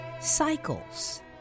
cycles